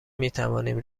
میتوانیم